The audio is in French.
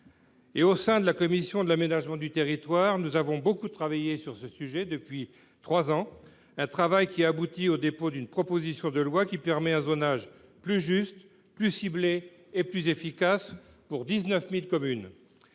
– et la commission de l’aménagement du territoire a beaucoup travaillé sur ce sujet depuis trois ans. Ses réflexions ont abouti au dépôt d’une proposition de loi qui permet un zonage plus juste, plus ciblé et plus efficace, pour 19 000 communes.